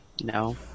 No